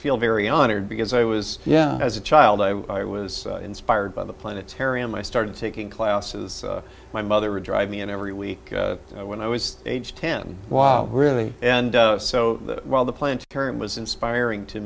feel very honored because i was yeah as a child i was inspired by the planetarium i started taking classes my mother would drive me in every week when i was age ten wow really and so while the plant term was inspiring to